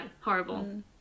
horrible